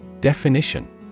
Definition